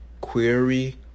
query